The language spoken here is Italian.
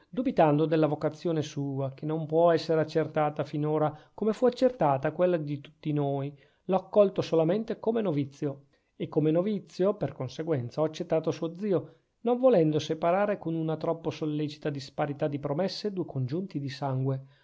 dubitando della vocazione sua che non può essere accertata finora come fu accertata quella di tutti noi l'ho accolto solamente come novizio e come novizio per conseguenza ho accettato suo zio non volendo separare con una troppo sollecita disparità di promesse due congiunti di sangue